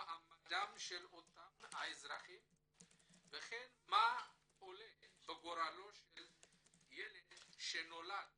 במעמדם של אותם האזרחים וכן מה עולה בגורלו של ילד שנולד